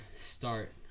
start